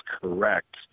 correct